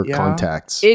contacts